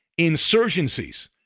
insurgencies